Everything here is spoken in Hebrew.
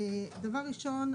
דבר ראשון,